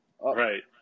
Right